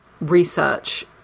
research